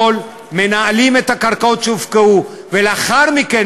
את הקרקע שנים רבות ומתוך רגישות לצורכיהם ולרגשותיהם.